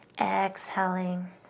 exhaling